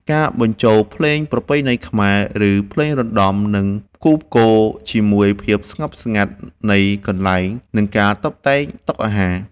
ការបញ្ចូលភ្លេងប្រពៃណីខ្មែរ ឬភ្លេងរណ្ដំនឹងផ្គូផ្គងជាមួយភាពស្ងប់ស្ងាត់នៃកន្លែង និងការតុបតែងតុអាហារ។